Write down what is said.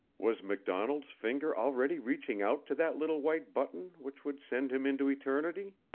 was macdonald's finger already reaching out to that little white button which would send him into eternity?